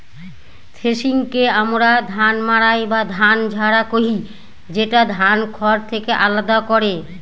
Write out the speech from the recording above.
থ্রেশিংকে আমরা ধান মাড়াই বা ধান ঝাড়া কহি, যেটা ধানকে খড় থেকে আলাদা করে